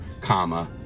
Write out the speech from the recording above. comma